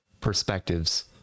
perspectives